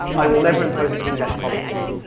i will never impose a clean desk policy.